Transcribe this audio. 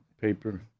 paper